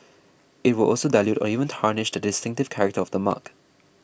it will also dilute or even tarnish the distinctive character of the mark